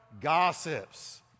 Gossips